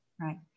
Right